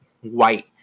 white